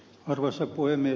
arvoisa puhemies